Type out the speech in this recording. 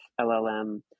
LLM